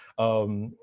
um,